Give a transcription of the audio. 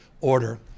order